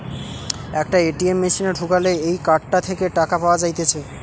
একটা এ.টি.এম মেশিনে ঢুকালে এই কার্ডটা থেকে টাকা পাওয়া যাইতেছে